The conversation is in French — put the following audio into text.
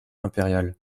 impériale